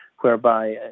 whereby